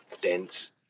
dense